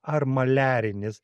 ar maliarinis